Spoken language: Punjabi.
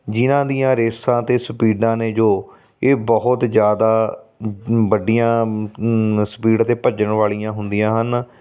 ਜਿਹਨਾਂ ਦੀਆਂ ਰੇਸਾਂ ਅਤੇ ਸਪੀਡਾਂ ਨੇ ਜੋ ਇਹ ਬਹੁਤ ਜ਼ਿਆਦਾ ਵੱਡੀਆਂ ਸਪੀਡ 'ਤੇ ਭੱਜਣ ਵਾਲੀਆਂ ਹੁੰਦੀਆਂ ਹਨ